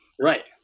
Right